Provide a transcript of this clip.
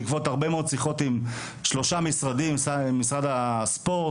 בעקבות הרבה מאוד שיחות עם שלושה משרדים משרד הספורט,